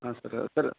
ಹಾಂ sir sir